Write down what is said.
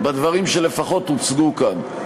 לפחות בדברים הוצגו כאן,